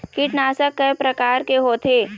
कीटनाशक कय प्रकार के होथे?